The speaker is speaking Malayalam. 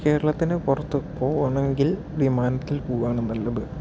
കേരളത്തിന് പുറത്ത് പോവണമെങ്കിൽ വിമാനത്തിൽ പോവുകയാണ് നല്ലത്